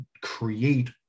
create